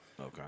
Okay